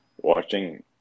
watching